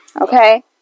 okay